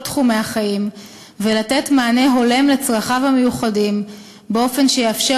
תחומי החיים ולתת מענה הולם לצרכיו המיוחדים באופן שיאפשר